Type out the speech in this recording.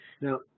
Now